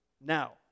now